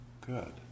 Good